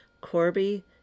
Corby